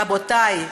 רבותיי,